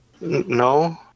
No